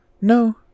no